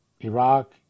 Iraq